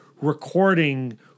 recording